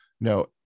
no